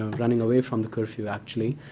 running away from the curfew, actually,